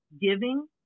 Giving